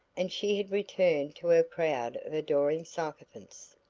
and she had returned to her crowd of adoring sycophants.